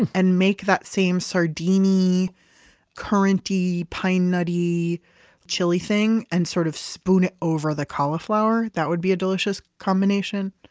and make that same sardiney currenty, pine nutty chili thing, and sort of spoon it over the cauliflower. that would be a delicious combination,